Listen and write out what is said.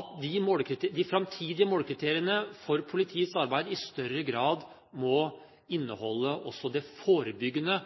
at de framtidige målekriteriene for politiets arbeid i større grad må inneholde også det forebyggende